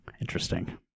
interesting